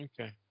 Okay